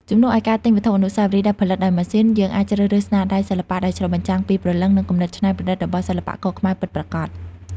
ជំនួសឱ្យការទិញវត្ថុអនុស្សាវរីយ៍ដែលផលិតដោយម៉ាស៊ីន យើងអាចជ្រើសរើសស្នាដៃសិល្បៈដែលឆ្លុះបញ្ចាំងពីព្រលឹង និងគំនិតច្នៃប្រឌិតរបស់សិល្បករខ្មែរពិតប្រាកដ។